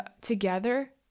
together